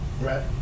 right